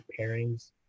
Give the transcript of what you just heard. pairings